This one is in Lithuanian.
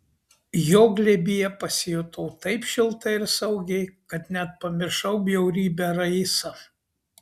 jo glėbyje pasijutau taip šiltai ir saugiai kad net pamiršau bjaurybę raisą